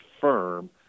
firm